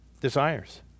desires